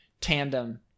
tandem